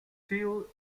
still